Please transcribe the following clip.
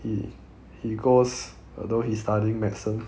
he he goes although he studying medicine